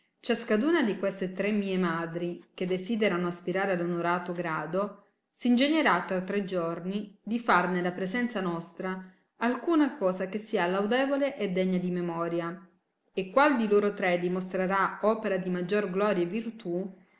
ciascaduna di queste tre mie madri che desiderano aspirare all onorato grado s ingegnerà tra tre giorni di far nella presenza nostra alcuna cosa che sia laudevole e degna di memoria e qual di lor tre dimostrerà opera di maggior gloria e virtù